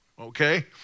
okay